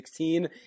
2016